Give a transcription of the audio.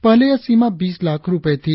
पहले यह सीमा बीस लाख रुपये थी